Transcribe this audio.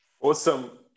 Awesome